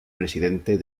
presidente